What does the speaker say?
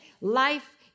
life